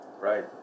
Right